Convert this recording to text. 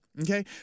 okay